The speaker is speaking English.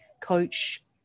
coach